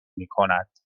میکند